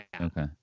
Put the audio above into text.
Okay